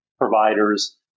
providers